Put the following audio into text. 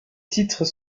titres